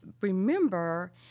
remember